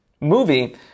movie